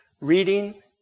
reading